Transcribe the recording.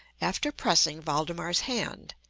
after pressing valdemar's hand,